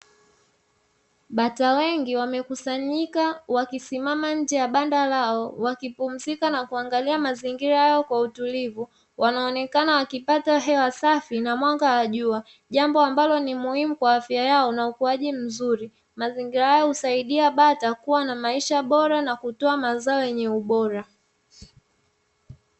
Bata wengi wamekusanyika, wakisimama nje ya banda lao, wakipumzika na kuangalia mazingira hayo kwa utulivu. Wanaonekana wakipata hewa safi na mwanga wa jua, jambo ambalo ni muhimu kwa afya yao na ukuaji mzuri. Mazingira yao husaidia bata kuwa na maisha bora na kutoa mazao yenye ubora.